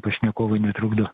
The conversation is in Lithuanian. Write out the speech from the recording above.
pašnekovui netrukdo